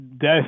death